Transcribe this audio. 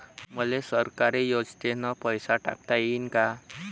मले सरकारी योजतेन पैसा टाकता येईन काय?